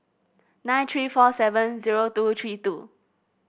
nine three four seven zero two three two